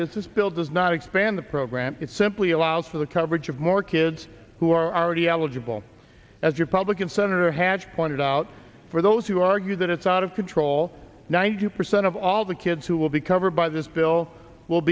this bill does not expand the program it simply allows for the coverage of more kids who are already eligible as republican senator hatch pointed out for those who argue that it's out of control ninety percent of all the kids who will be covered by this bill will